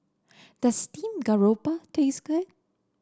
does Steamed Garoupa taste good